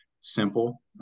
simple